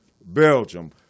Belgium